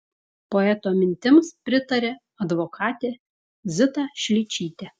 poeto mintims pritarė advokatė zita šličytė